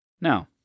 Now